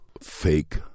fake